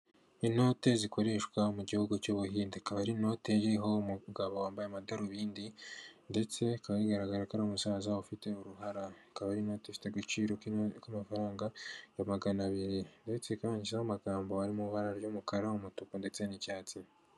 Inote z'ikoreshwa mu gihugu cy'Ubuhinde akaba ari noteri iriho umugabo wambaye amadarubindi ndetse akaba bigaragara ko ari umusaza ufite uruhara kaba ari inote ifite agaciro k'amafaranga ya magana abiri ndetse igabanyijemo amagambo ari mu ibara ry'umukara, umutuku ndetse n'icyatsi.